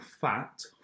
fat